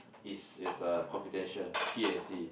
it's it's uh confidential P and C